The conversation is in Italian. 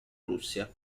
russia